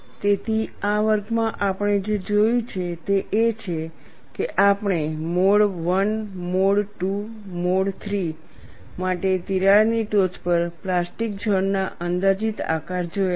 તેથી આ વર્ગમાં આપણે જે જોયું છે તે એ છે કે આપણે મોડ I મોડ II અને મોડ III માટે તિરાડની ટોચ પર પ્લાસ્ટિક ઝોન ના અંદાજિત આકાર જોયા છે